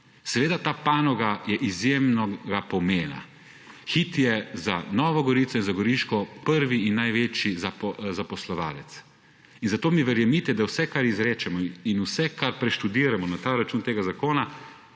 Seveda je ta panoga izjemnega pomena. Hit je za Novo Gorico in za Goriško prvi in največji zaposlovalec, zato mi verjemite, da vse, kar izrečemo, in vse, kar preštudiramo na račun tega zakona,